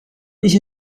一些